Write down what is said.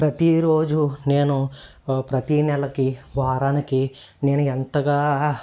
ప్రతి రోజు నేను ప్రతీ నెలకి వారానికి నేను ఎంతగా